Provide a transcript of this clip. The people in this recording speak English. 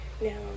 now